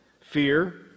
Fear